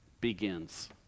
begins